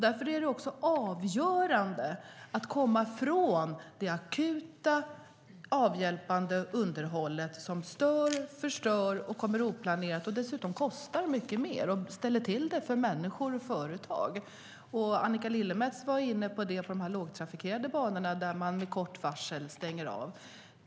Därför är det också avgörande att komma ifrån det akuta avhjälpande underhållet som stör, förstör, kommer oplanerat, kostar mer och ställer till det för människor och företag. Annika Lillemets var inne på att man på kort varsel stänger av trafiken på de lågtrafikerade banorna.